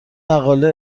مقاله